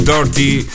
Dirty